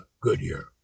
Goodyear